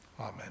Amen